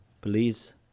please